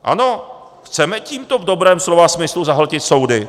Ano, chceme tímto v dobrém slova smyslu zahltit soudy.